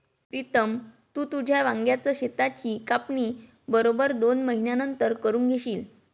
प्रीतम, तू तुझ्या वांग्याच शेताची कापणी बरोबर दोन महिन्यांनंतर करून घेशील